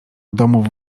domów